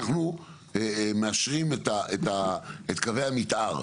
אנחנו מאשרים את קווי המתאר.